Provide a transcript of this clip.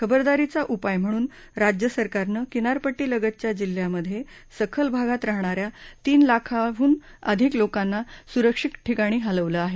खबरदारीचा उपाय म्हणून राज्य सरकारनं किनारपट्टीलगतच्या जिल्ह्यांमध्ये सखल भागात राहणाऱ्या तीन लाखांहून जास्त लोकांना सुरक्षित ठिकाणी हलवलं आहे